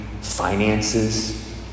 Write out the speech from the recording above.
finances